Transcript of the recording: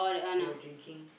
we were drinking